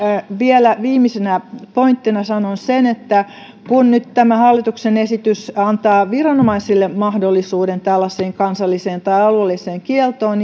vielä viimeisenä pointtina sanon sen että kun nyt tämä hallituksen esitys antaa viranomaisille mahdollisuuden tällaiseen kansalliseen tai alueelliseen kieltoon